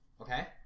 Okay